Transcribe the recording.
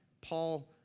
Paul